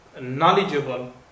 knowledgeable